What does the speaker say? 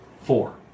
Four